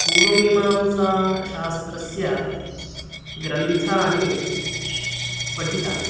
पूर्वमीमांसाशास्त्रस्य ग्रन्थानि पठितानि